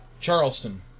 Charleston